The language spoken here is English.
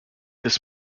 this